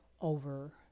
over